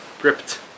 Gripped